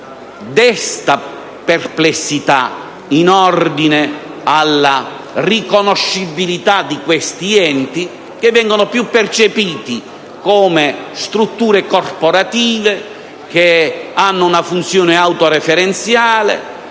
desta perplessità in ordine alla riconoscibilità di questi enti, che vengono percepiti soprattutto come strutture corporative, con funzione autoreferenziale,